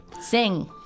Sing